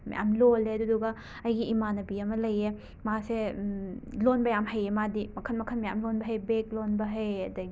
ꯃꯌꯥꯝ ꯂꯣꯜꯂꯦ ꯑꯗꯨꯗꯨꯒ ꯑꯩꯒꯤ ꯏꯃꯥꯅꯕꯤ ꯑꯃ ꯂꯩꯌꯦ ꯃꯥꯁꯦ ꯂꯣꯟꯕ ꯌꯥꯝꯅ ꯍꯩꯌꯦ ꯃꯥꯗꯤ ꯃꯈꯜ ꯃꯈꯜ ꯃꯌꯥꯝ ꯂꯣꯟꯕ ꯍꯩ ꯕꯦꯛ ꯂꯣꯟꯕ ꯍꯩ ꯑꯗꯒꯤ